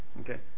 Okay